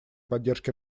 поддержке